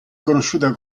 conosciuta